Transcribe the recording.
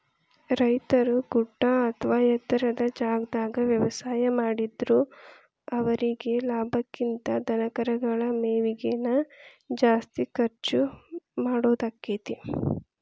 ರೈತರು ಗುಡ್ಡ ಅತ್ವಾ ಎತ್ತರದ ಜಾಗಾದಾಗ ವ್ಯವಸಾಯ ಮಾಡಿದ್ರು ಅವರೇಗೆ ಲಾಭಕ್ಕಿಂತ ಧನಕರಗಳ ಮೇವಿಗೆ ನ ಜಾಸ್ತಿ ಖರ್ಚ್ ಮಾಡೋದಾಕ್ಕೆತಿ